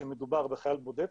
שמדובר בחייל בודד,